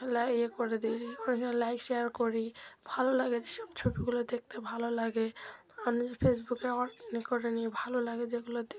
ইয়ে করে দিই অনেক লাইক শেয়ার করি ভালো লাগে যেসব ছবিগুলো দেখতে ভালো লাগে অনেক ফেসবুকে অ করে নিয়ে ভালো লাগে যেগুলো